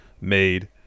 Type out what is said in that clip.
made